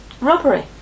Robbery